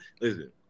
listen